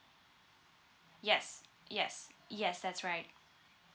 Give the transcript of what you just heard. yes yes yes that's right